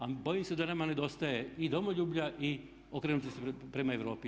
A bojim se da nama nedostaje i domoljublja i okrenuti se prema Europi.